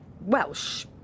Welsh